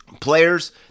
Players